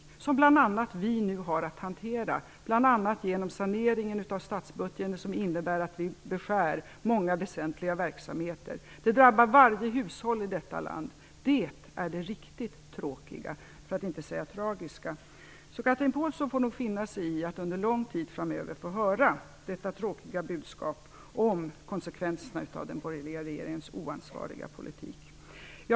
Dessa konsekvenser har vi nu att hantera, bl.a. genom saneringen av statsbudgeten som innebär att vi beskär många väsentliga verksamheter. Det drabbar varje hushåll i detta land. Det är det riktigt tråkiga - för att inte säga tragiska. Chatrine Pålsson får nog finna sig i att under lång tid framöver få höra det tråkiga budskapet om konsekvenserna av den borgerliga regeringens oansvariga politik.